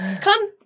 come